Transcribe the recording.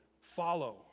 follow